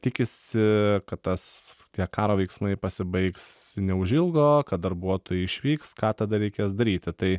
tikisi kad tas tie karo veiksmai pasibaigs neužilgo kad darbuotojai išvyks ką tada reikės daryti tai